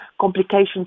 complications